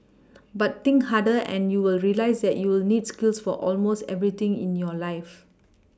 but think harder and you will realise that you need skills for almost everything in your life